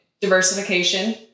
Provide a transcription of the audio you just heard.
diversification